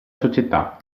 società